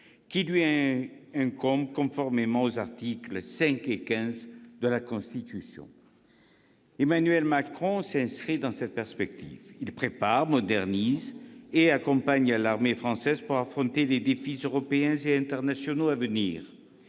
qui lui incombent conformément aux articles 5 et 15 de la Constitution. Emmanuel Macron s'inscrit dans cette perspective. Il prépare, modernise et accompagne l'armée française pour affronter les défis européens et internationaux à venir.